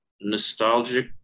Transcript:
Nostalgic